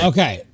Okay